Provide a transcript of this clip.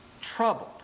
troubled